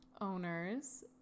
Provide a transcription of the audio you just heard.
owners